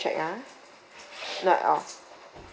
not at all